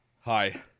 Hi